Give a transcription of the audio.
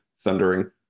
Thundering